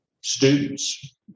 students